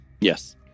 Yes